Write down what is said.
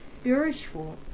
spiritual